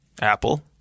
Apple